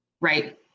Right